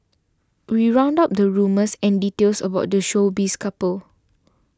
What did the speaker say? we round up the rumours and details about the showbiz couple